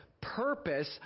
purpose